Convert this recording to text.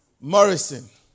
Morrison